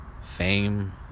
Fame